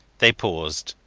they paused.